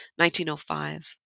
1905